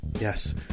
Yes